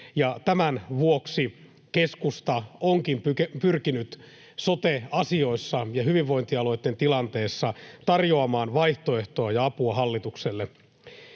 Tämän vuoksi keskusta onkin pyrkinyt sote-asioissa ja hyvinvointialueitten tilanteessa tarjoamaan vaihtoehtoa ja apua hallitukselle.